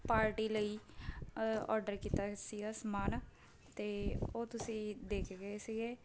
party ਲਈ order ਕੀਤਾ ਸੀਗਾ ਸਮਾਨ ਅਤੇ ਉਹ ਤੁਸੀਂ ਦੇ ਕੇ ਗਏ ਸੀਗੇ